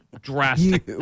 drastic